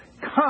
come